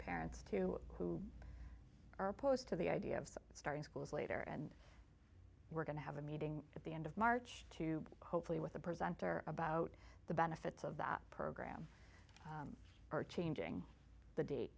parents too who are opposed to the idea of starting schools later and we're going to have a meeting at the end of march to hopefully with the presenter about the benefits of that program or changing the date